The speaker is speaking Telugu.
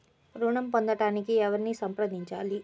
ఋణం పొందటానికి ఎవరిని సంప్రదించాలి?